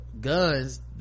guns